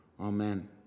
Amen